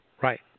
Right